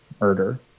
murder